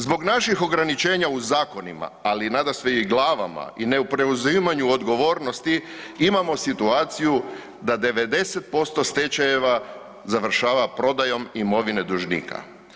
Zbog naših ograničenja u zakonima, ali nada sve i glavama i ne preuzimanju odgovornosti, imamo situaciju da 90% stečajeva završava prodajom imovine dužnika.